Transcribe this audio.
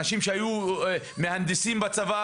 אנשים שהיו מהנדסים בצבא,